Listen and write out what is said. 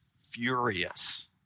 furious